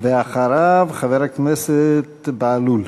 אחריו, חבר הכנסת בהלול.